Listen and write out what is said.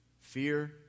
fear